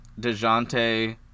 DeJounte